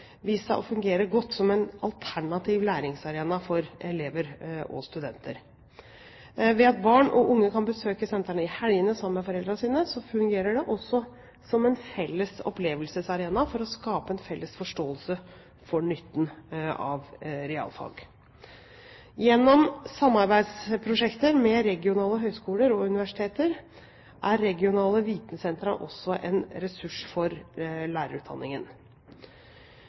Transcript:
seg å fungere godt som en alternativ læringsarena for elever og studenter. Ved at barn og unge kan besøke sentrene i helgene sammen med foreldrene sine, fungerer de også som en felles opplevelsesarena for å skape en felles forståelse for nytten av realfag. Gjennom samarbeidsprosjekter med regionale høyskoler og universiteter er regionale vitensentre også en ressurs for lærerutdanningen.